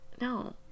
No